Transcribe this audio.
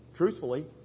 Truthfully